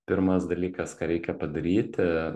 pirmas dalykas ką reikia padaryti